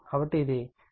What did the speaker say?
కాబట్టి ఇది 3Vp2Zp